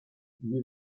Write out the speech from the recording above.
wir